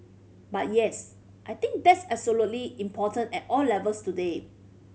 but yes I think that's absolutely important at all levels today